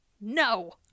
no